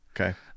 Okay